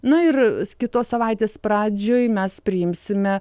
na ir kitos savaitės pradžioj mes priimsime